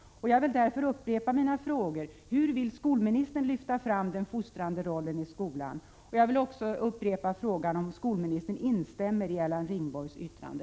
Jag vill därför upprepa mina frågor: Hur vill skolministern lyfta fram den fostrande rollen i skolan? Instämmer skolministern i Erland Ringborgs yttrande?